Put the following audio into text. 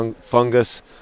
fungus